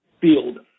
field